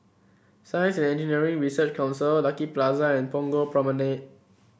Science Engineering Research Council Lucky Plaza and Punggol Promenade